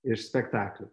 iš spektaklių